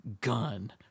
Gun